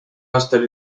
aastal